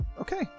Okay